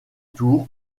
tour